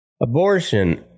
abortion